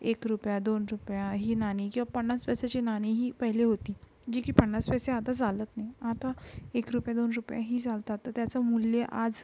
एक रुपया दोन रुपया ही नाणी किंवा पन्नास पैशाची नाणीही पहिले होती जी की पन्नास पैसे आता चालत नाही आता एक रुपया दोन रुपया ही चालतात तर त्याचं मूल्य आज